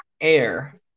Air